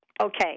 Okay